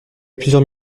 plusieurs